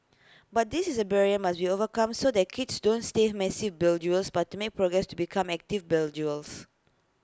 but this is A barrier must be overcome so that kids don't stay massive but to make progress to become active